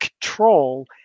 control